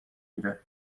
گیره